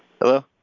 Hello